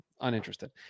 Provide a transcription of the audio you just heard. Uninterested